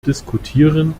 diskutieren